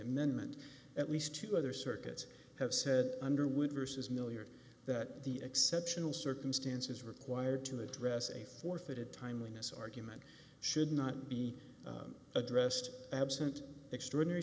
amendment at least two other circuits have said underwood versus miliard that the exceptional circumstances required to address a forfeited timeliness argument should not be addressed absent extraordinary